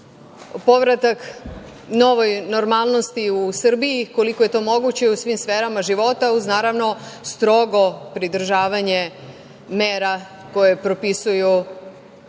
povratak novoj normalnosti u Srbiji, koliko je to moguće i u svim sferama života, uz naravno strogo pridržavanje mera koje propisuju